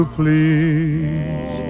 please